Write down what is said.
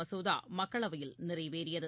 மசோதாமக்களவையில் நிறைவேறியது